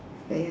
wait ah